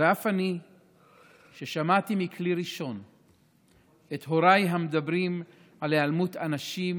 ואף אני שמעתי מכלי ראשון את הוריי המדברים על היעלמות אנשים